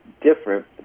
different